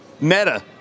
Meta